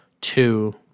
Two